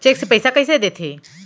Cheque से पइसा कइसे देथे?